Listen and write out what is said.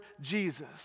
Jesus